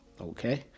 okay